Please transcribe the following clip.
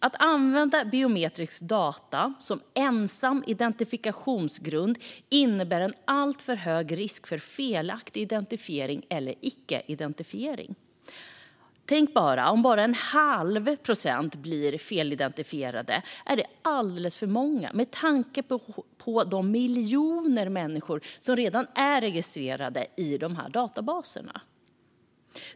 Att använda biometriska data som ensam identifikationsgrund innebär en alltför hög risk för felaktig identifiering eller icke-identifiering. Om bara en halv procent blir felidentifierade är detta alldeles för många med tanke på de miljoner människor som redan är registrerade i dessa databaser.